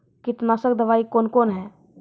कीटनासक दवाई कौन कौन हैं?